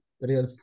real